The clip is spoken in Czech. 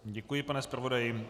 Děkuji, pane zpravodaji.